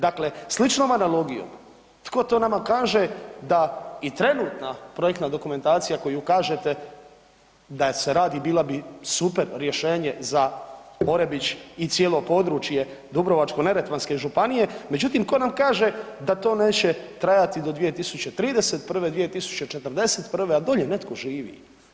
Dakle, sličnom analogijom, tko to nama kaže da i trenutna projektna dokumentacija koju kažete da se radi bila bi super rješenje za Orebić i cijelo područje Dubrovačko-neretvanske županije, međutim tko nam kaže da to neće trajati do 2031., 2041., a dolje netko živi.